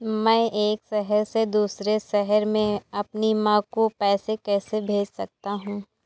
मैं एक शहर से दूसरे शहर में अपनी माँ को पैसे कैसे भेज सकता हूँ?